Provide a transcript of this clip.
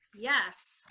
Yes